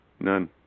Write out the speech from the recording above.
None